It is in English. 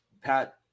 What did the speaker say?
Pat